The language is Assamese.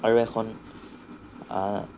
আৰু এখন